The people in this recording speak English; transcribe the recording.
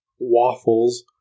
Waffles